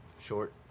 short